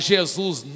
Jesus